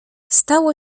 stało